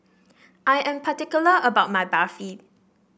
I am particular about my Barfi